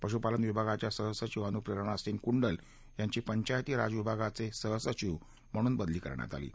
पशुपालन विभागाच्या सहसचिव अनु प्रेरणा सिंग कुंडल यांची पंचायती राजविभागाचे सहसचिव पदी बदली करण्यात आली आहे